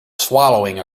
swallowing